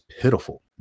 pitiful